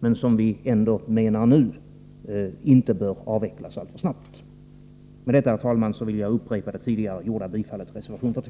men som vi nu menar inte bör avvecklas alltför snabbt. Med detta, herr talman, vill jag upprepa det tidigare framställda yrkandet om bifall till reservation 45.